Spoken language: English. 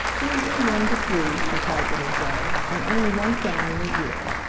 usually one to three, replied little joe, and only one family a year.